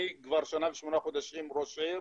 אני כבר שנה ושמונה חודשים ראש עיר,